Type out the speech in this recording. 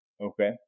Okay